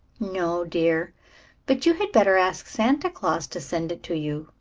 no, dear but you had better ask santa claus to send it to you,